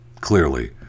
clearly